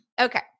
Okay